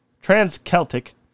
Trans-Celtic